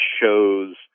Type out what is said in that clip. shows